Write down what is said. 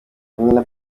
mourinho